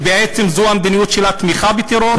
ובעצם זו מדיניות של תמיכה בטרור.